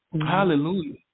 hallelujah